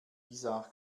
isar